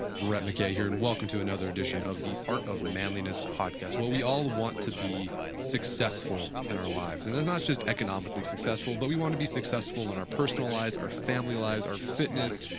brett mckay here and welcome to another edition of the art of manliness podcast. we all want to be successful in our lives and it's not just economically successful but we want to be successful in our personal lives, our family lives, our fitness,